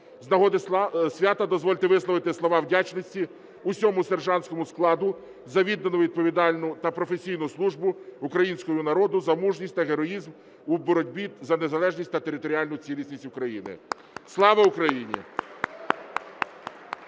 З нагоди свята дозвольте висловити слова вдячності всьому сержантському складу за віддану, відповідальну та професійну службу українському народу! За мужність та героїзм у боротьбі за незалежність та територіальну цілісність України! Слава Україні!